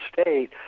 state